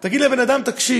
ותגיד לו: תקשיב,